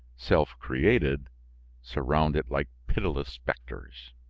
self-created, surround it like pitiless specters.